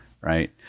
Right